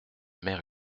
mère